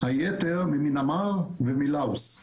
היתר ממיאנמר ומלאוס.